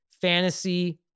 fantasy